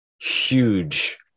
huge